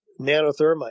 nanothermite